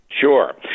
Sure